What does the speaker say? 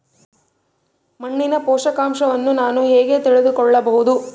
ಮಣ್ಣಿನ ಪೋಷಕಾಂಶವನ್ನು ನಾನು ಹೇಗೆ ತಿಳಿದುಕೊಳ್ಳಬಹುದು?